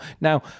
now